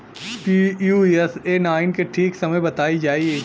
Pusa nine के ठीक समय बताई जाई?